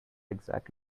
exact